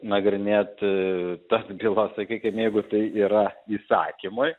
nagrinėt tas bylas sakykim jeigu tai yra įsakymui